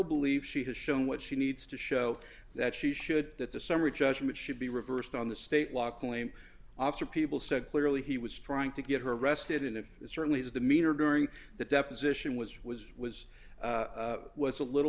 believe she has shown what she needs to show that she should that the summary judgment should be reversed on the state law claim after people said clearly he was trying to get her arrested and if it certainly is the meter during that deposition was was was was a little